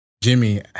Jimmy